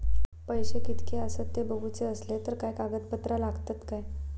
पैशे कीतके आसत ते बघुचे असले तर काय कागद पत्रा लागतात काय?